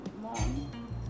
Mom